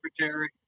secretary